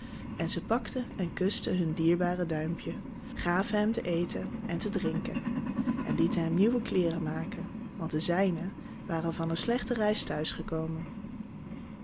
en ze pakten en kusten hun dierbare duimpje gaven hem te eten en te drinken en lieten hem nieuwe kleêren maken want de zijne waren van een slechte reis thuis